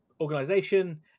organization